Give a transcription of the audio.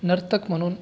नर्तक म्हणून